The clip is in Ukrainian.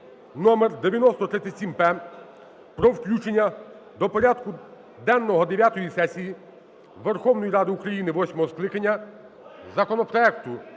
№ 9037-П про включення до порядку денного дев'ятої сесії Верховної Ради України восьмого скликання законопроекту